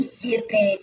super